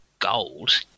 gold